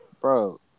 Bro